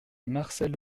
marcel